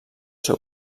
seu